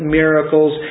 miracles